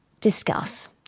Discuss